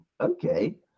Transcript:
Okay